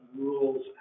rules